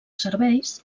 serveis